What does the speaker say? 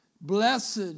Blessed